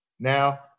Now